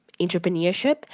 entrepreneurship